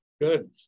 Good